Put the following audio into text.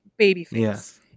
babyface